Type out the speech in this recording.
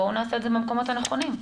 בואו נעשה את זה במקומות הנכונים.